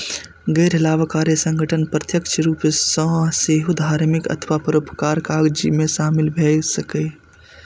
गैर लाभकारी संगठन प्रत्यक्ष रूप सं सेहो धार्मिक अथवा परोपकारक काज मे शामिल भए सकैए